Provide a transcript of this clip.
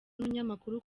n’umunyamakuru